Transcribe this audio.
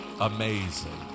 amazing